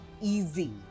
easy